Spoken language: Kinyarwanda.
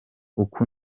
uku